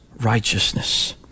righteousness